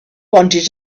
wanted